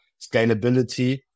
scalability